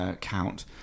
count